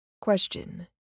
Question